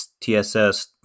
TSS